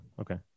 okay